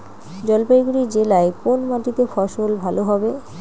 জলপাইগুড়ি জেলায় কোন মাটিতে ফসল ভালো হবে?